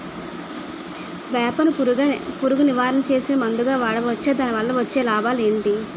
వేప ను పురుగు నివారణ చేసే మందుగా వాడవచ్చా? దాని వల్ల వచ్చే లాభాలు ఏంటి?